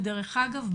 ודרך אגב,